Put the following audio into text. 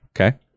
Okay